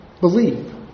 believe